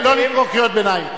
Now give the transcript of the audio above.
לא לקרוא קריאות ביניים.